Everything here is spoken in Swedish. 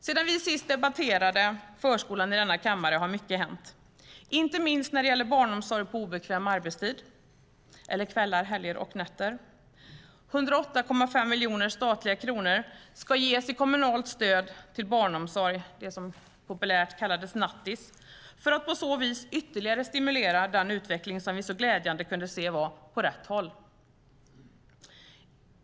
Sedan vi sist debatterade förskolan i denna kammare har mycket hänt, inte minst när det gäller barnsomsorg på obekväm arbetstid, eller kvällar, helger och nätter. Det ska ges 108,5 miljoner statliga kronor i kommunalt stöd till barnomsorg - det som populärt kallades nattis - för att på så vis ytterligare stimulera den utveckling som vi så glädjande kunde se var på väg åt rätt håll.